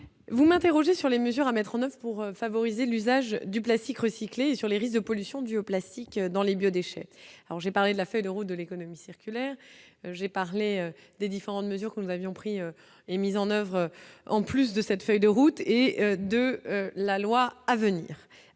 Vous m'interrogez sur les mesures à mettre en 9 pour favoriser l'usage du plastique recyclé et sur les risques de pollution due au plastique dans les biodéchets alors j'ai parlé de la feuille de route de l'économie circulaire, j'ai parlé des différentes mesures que nous avions pris et mis en oeuvre, en plus de cette feuille de route et de la loi à venir.